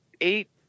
eight